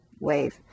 wave